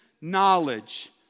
knowledge